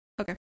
Okay